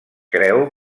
creu